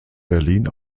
berlin